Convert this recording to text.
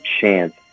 chance